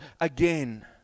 again